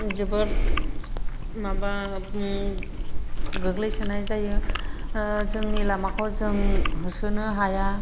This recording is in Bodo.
जोबोर माबा गोग्लैसोनाय जायो जोंनि लामाखौ जों होसोनो हाया